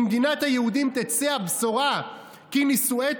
ממדינת היהודים תצא הבשורה כי נישואי